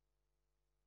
הכנסת.